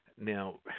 Now